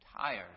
Tired